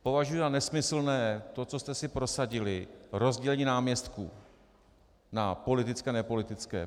Považuji za nesmyslné to, co jste si prosadili, rozdělení náměstků na politické a nepolitické.